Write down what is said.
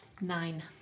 Nine